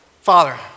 Father